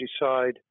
decide